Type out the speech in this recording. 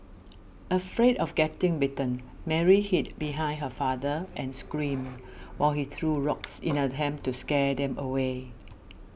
afraid of getting bitten Mary hid behind her father and screamed while he threw rocks in an attempt to scare them away